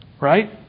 right